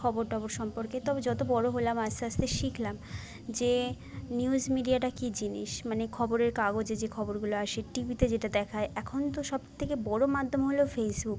খবর টবর সম্পর্কে তবে যতো বড়ো হলাম আস্তে আস্তে শিখলাম যে নিউজ মিডিয়াটা কী জিনিস মানে খবরের কাগজে যে খবরগুলো আসে টি ভিতে যেটা দেখায় এখন তো সব থেকে বড়ো মাধ্যম হলো ফেসবুক